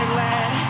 let